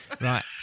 right